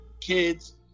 kids